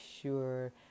sure